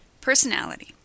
Personality